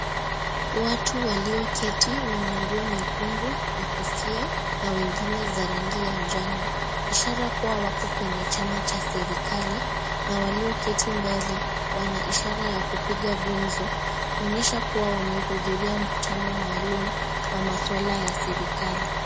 Watu walioketi wenye nguo nyekundu na kofia na wengine za rangi ya njano ishara kuwa wako kwenye chama cha serikali na walioketi mbele wana ishara ya kupiga gumzo kuonyesha kuwa wanahudhuria mkutano maalum wa masuala ya serikali.